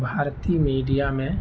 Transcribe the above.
بھارتی میڈیا میں